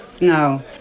No